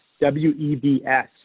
W-E-B-S